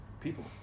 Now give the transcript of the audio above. people